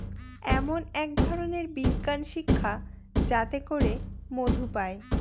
এমন এক ধরনের বিজ্ঞান শিক্ষা যাতে করে মধু পায়